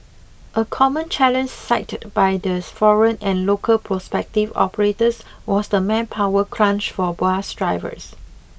a common challenge cited by theirs foreign and local prospective operators was the manpower crunch for bus drivers